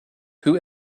who